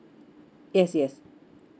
yes yes